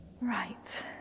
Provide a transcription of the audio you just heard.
Right